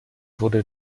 wurde